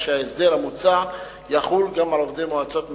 שההסדר המוצע יחול גם על עובדי מועצות מקומיות.